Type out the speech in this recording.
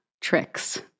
tricks